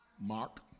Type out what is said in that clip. Mark